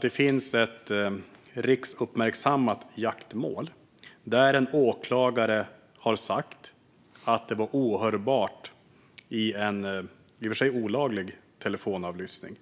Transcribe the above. Nu finns det ett riksuppmärksammat jaktmål där polisen har sagt att det som sas i en i och för sig olaglig telefonavlyssning